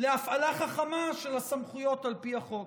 להפעלה חכמה של הסמכויות על פי החוק.